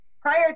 prior